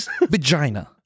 vagina